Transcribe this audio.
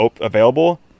available